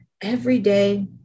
Everyday